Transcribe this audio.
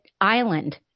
island